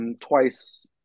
twice